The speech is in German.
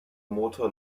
motor